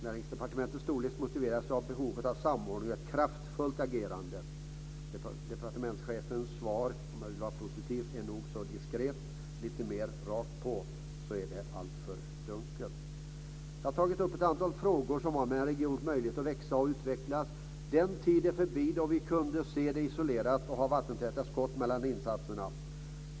Näringsdepartementets storlek motiveras ju av behovet av samordning och ett kraftfullt agerande. Departementschefens svar, om jag ska vara positiv, är nog så diskret. Om jag är lite mer rakt på sak så är det alltför dunkelt. Jag har tagit upp ett antal frågor som har att göra med en regions möjligheter att växa och utvecklas. Den tid är förbi då vi kunde se det isolerat och ha vattentäta skott mellan insatserna.